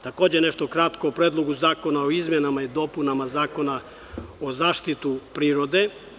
Takođe ću nešto kratko o Predlogu zakona o izmenama i dopunama Zakona o zaštiti prirode.